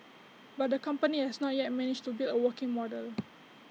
but the company has not yet managed to build A working model